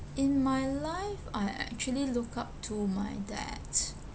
in my life I actually look up to my dad